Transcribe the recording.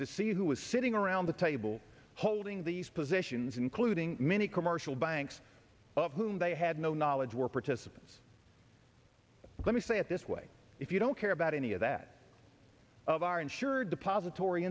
to see who was sitting around the table holding these positions including many commercial banks of whom they had no knowledge were participants let me say it this way if you don't care about any of that of our insured deposit